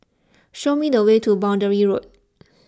show me the way to Boundary Road